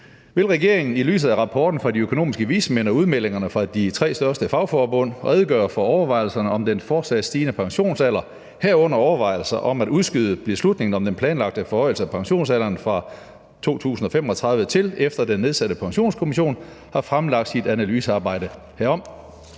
Vil regeringen – i lyset af rapporten fra de økonomiske vismænd og udmeldingerne fra de tre største fagforbund – redegøre for overvejelserne om den fortsat stigende pensionsalder, herunder overvejelser om at udskyde beslutningen om den planlagte forhøjelse af pensionsalderen fra 2035 til, efter at den nedsatte pensionskommission har fremlagt sit analysearbejde herom?